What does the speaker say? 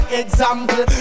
example